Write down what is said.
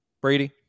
Brady